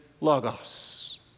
logos